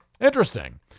Interesting